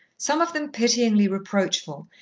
some of them pityingly reproachful,